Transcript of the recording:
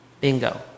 bingo